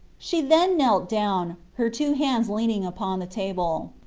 she then knelt down, her two hands leaning upon the table.